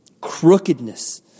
crookedness